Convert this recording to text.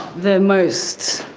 the most,